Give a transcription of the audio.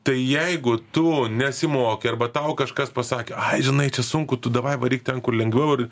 tai jeigu tu nesimokei arba tau kažkas pasakė ai žinai čia sunku tu davai varyk ten kur lengviau ir